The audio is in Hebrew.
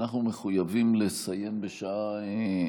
אנחנו מחויבים לסיים בשעה 16:00,